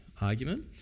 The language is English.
argument